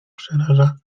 przeraża